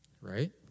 Right